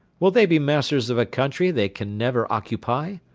will they be masters of a country they can never occupy?